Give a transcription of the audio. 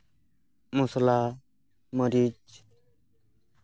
ᱢᱚᱥᱞᱟ ᱢᱟᱹᱨᱤᱪ